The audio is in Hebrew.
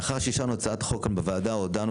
לאחר שאישרנו הצעת חוק כאן בוועדה הודענו